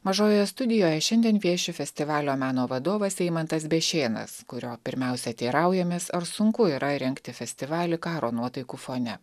mažojoje studijoje šiandien vieši festivalio meno vadovas eimantas bešėnas kurio pirmiausia teiraujamės ar sunku yra rengti festivalį karo nuotaikų fone